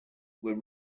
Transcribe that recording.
were